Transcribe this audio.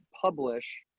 publish